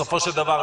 בסופו של דבר,